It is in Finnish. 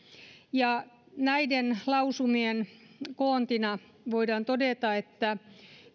ja näiden lausumien koontina voidaan todeta että